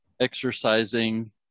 exercising